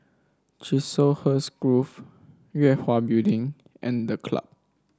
Chiselhurst Grove Yue Hwa Building and The Club